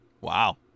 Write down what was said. Wow